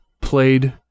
played